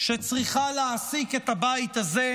שצריכה להעסיק את הבית הזה,